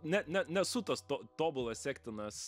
ne ne nesu tos to tobulas sektinas